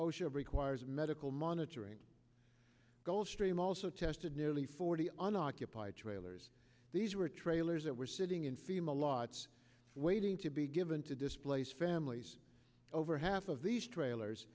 osha requires medical monitoring gold stream also tested nearly forty unoccupied trailers these were trailers that were sitting in fema lots waiting to be given to displaced families over half of these trailers